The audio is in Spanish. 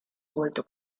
vuelto